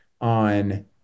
on